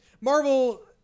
Marvel